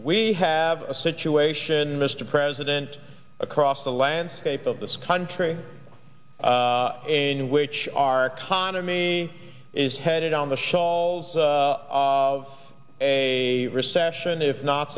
we have a situation mr president across the landscape of this country in which our economy is headed on the shawls of a recession if not